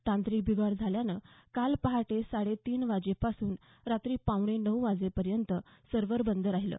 तांत्रिक बिघाड झाल्यानं काल पहाटे साडे तीन वाजे पासून रात्री पावणे नऊपर्यंत सर्व्हर बंद राहिलं